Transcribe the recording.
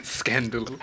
scandal